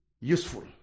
useful